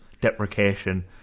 deprecation